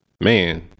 man